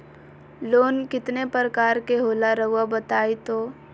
Loan कितने पारकर के होला रऊआ बताई तो?